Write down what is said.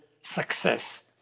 success